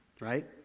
right